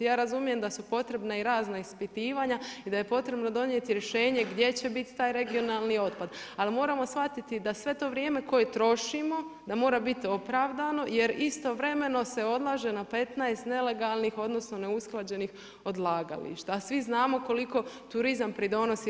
Ja razumijem da su potrebne i razna ispitivanja i da je potrebno donijeti rješenje gdje će biti taj regionalni otpad, ali moramo shvatiti da sve to vrijeme koje trošimo da mora biti opravdano jer istovremeno se odlaže na 15 nelegalnih odnosno neusklađenih odlagališta, a svi znamo koliko turizam pridonosi RH.